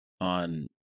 on